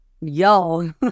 Yo